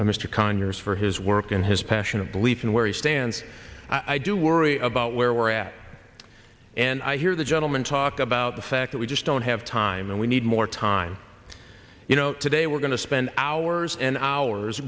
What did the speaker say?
by mr conyers for his work and his passion of belief in where he stands i do worry about where we're at and i hear the gentleman talk about the fact that we just don't have time and we need more time you know today we're going to spend hours and hours